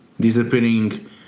disappearing